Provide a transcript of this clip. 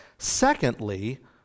Secondly